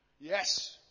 Yes